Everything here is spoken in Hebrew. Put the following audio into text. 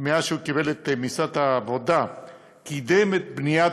מאז הוא קיבל את משרד העבודה קידם את בניית